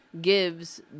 gives